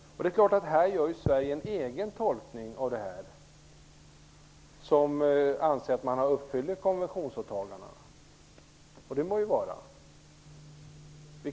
Sverige gör en egen tolkning när man anser att man fullgör konventionsåtagandena. Det må så vara.